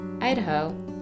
Idaho